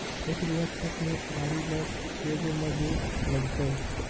एक बिघा खेत में आरि ल के गो मजुर लगतै?